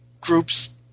groups